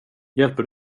hjälper